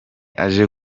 aja